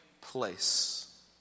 place